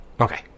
Okay